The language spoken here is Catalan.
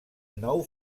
nou